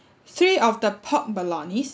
three of the pork bolognese